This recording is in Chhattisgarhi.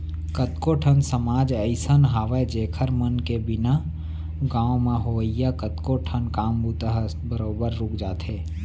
कतको ठन समाज अइसन हावय जेखर मन के बिना गाँव म होवइया कतको ठन काम बूता ह बरोबर रुक जाथे